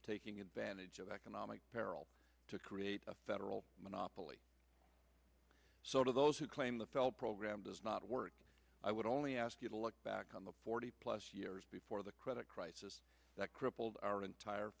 are taking advantage of economic peril to create a federal monopoly so to those who claim the pal program does not work i would only ask you to look back on the forty plus years before the credit crisis that crippled our entire